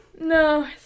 No